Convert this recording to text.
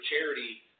charity